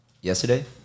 yesterday